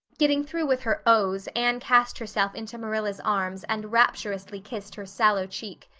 getting through with her ohs anne cast herself into marilla's arms and rapturously kissed her sallow cheek.